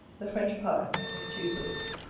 the french pye of two sorts